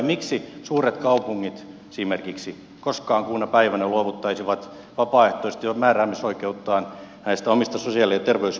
miksi esimerkiksi suuret kaupungit koskaan kuuna päivänä luovuttaisivat vapaaehtoisesti määräämisoikeuttaan näistä omista sosiaali ja terveyspalveluistaan